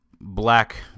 Black